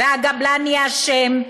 והגבלן יישום,